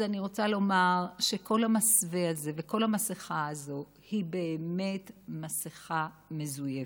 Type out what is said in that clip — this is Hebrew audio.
אז אני רוצה לומר שכל המסווה הזה וכל המסכה הזאת היא באמת מסכה מזויפת.